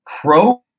Pro